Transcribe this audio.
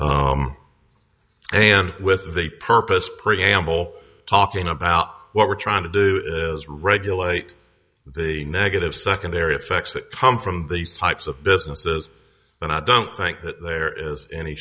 home and with the purpose preamble talking about what we're trying to do is regulate the negative secondary effects that come from these types of businesses and i don't think that there is any